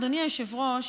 אדוני היושב-ראש,